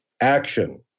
action